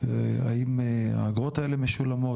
האם האגרות האלה משולמות?